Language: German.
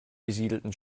besiedelten